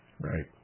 Right